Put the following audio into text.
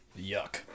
Yuck